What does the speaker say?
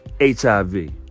HIV